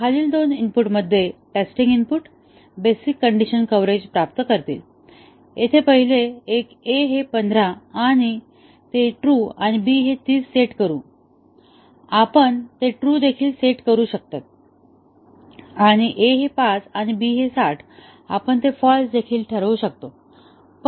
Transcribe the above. तर खालील दोन इनपुट मध्ये testing input basic condition coverage प्राप्त करतील इथे पहिले एक a हे 15 आपण ते ट्रू आणि b हे 30 सेट करू आपण ते ट्रू देखील सेट करू आणि a हे 5 आणि b हे 60 आपण ते फाँल्स देखील ठरवू शकतो